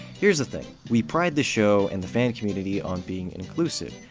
here's the thing. we pride the show and the fan community on being inclusive.